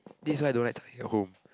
this why I don't like studying at home